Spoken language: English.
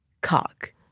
cock